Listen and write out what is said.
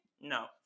No